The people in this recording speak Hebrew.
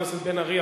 חבר הכנסת בן-ארי,